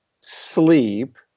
sleep